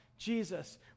Jesus